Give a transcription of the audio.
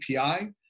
API